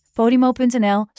podimo.nl